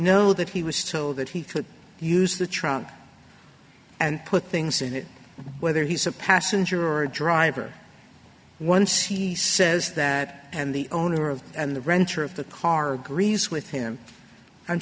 know that he was told that he could use the trunk and put things in it whether he's a passenger or driver once he says that and the owner of and the renter of the car grease with him i'm